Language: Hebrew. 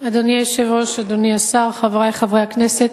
אדוני היושב-ראש, אדוני השר, חברי חברי הכנסת,